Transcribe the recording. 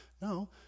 No